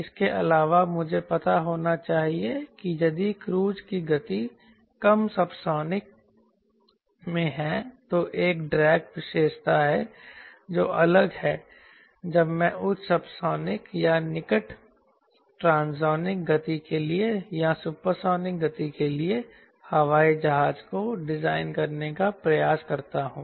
इसके अलावा मुझे पता होना चाहिए कि यदि क्रूज की गति कम सबसोनिक में है तो एक ड्रैग विशेषता है जो अलग है जब मैं उच्च सबसोनिक या निकट ट्रांससोनिक गति के लिए या सुपरसोनिक गति के लिए हवाई जहाज को डिजाइन करने का प्रयास करता हूं